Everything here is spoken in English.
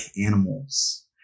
animals